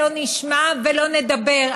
לא נשמע ולא נדבר,